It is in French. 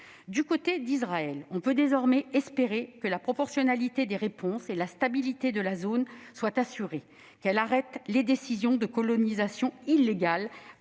Du côté d'Israël, on peut désormais espérer que la proportionnalité des réponses et la stabilité de la zone soient assurées et que son gouvernement arrête les décisions de colonisations illégales